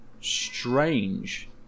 strange